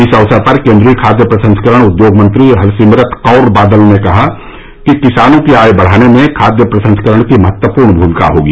इस अवसर पर केन्द्रीय खाद्य प्रसंस्करण उद्योग मंत्री हरसिमरत कौर बादल ने कहा कि किसानों की आय बढ़ाने में खाद्य प्रसंस्करण की महत्वपूर्ण भूमिका होगी